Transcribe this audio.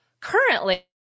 currently